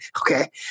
okay